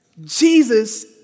Jesus